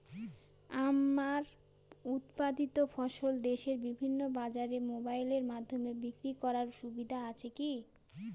আমার উৎপাদিত ফসল দেশের বিভিন্ন বাজারে মোবাইলের মাধ্যমে বিক্রি করার সুবিধা আছে কি?